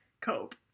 cope